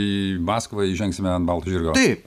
į maskvą įžengsime ant balto žirgo